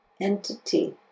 entity